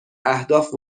اهداف